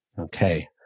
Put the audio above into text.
Okay